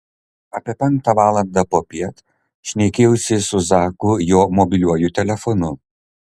apie penktą valandą popiet šnekėjausi su zaku jo mobiliuoju telefonu